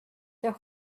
their